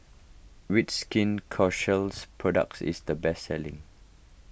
which Skin products is the best selling